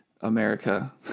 America